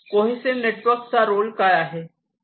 cohesive network चा role काय आहे